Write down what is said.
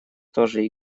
тоже